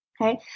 Okay